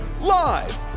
live